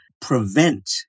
prevent